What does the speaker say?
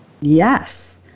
Yes